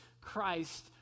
Christ